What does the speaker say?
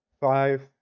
five